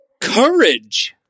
courage